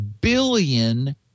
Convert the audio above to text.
billion